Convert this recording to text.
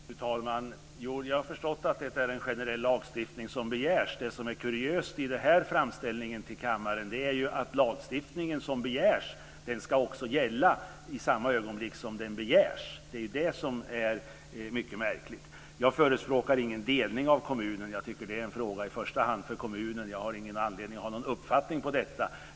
Fru talman! Jag har förstått att det är en generell lagstiftning som begärs. Det som är kuriöst i den här framställningen till kammaren är att den lagstiftning som begärs också ska gälla i samma ögonblick som den begärs. Det är det som är mycket märkligt. Jag förespråkar ingen delning av kommunen, jag tycker att det i första hand är en fråga för kommunen. Jag har ingen anledning att ha någon uppfattning om detta.